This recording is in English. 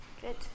Good